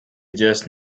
just